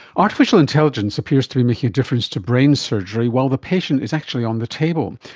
artificial intelligence appears to be making a difference to brain surgery while the patient is actually on the table.